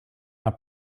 not